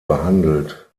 behandelt